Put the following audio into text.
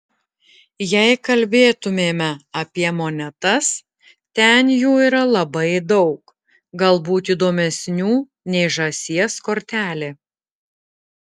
jei kalbėtumėme apie monetas ten jų yra labai daug galbūt įdomesnių nei žąsies kortelė